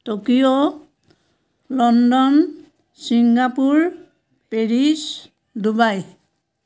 Tokyo London Singapore Paris Dubai